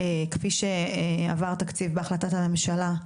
כפי שעבר תקציב בהחלטת הממשלה,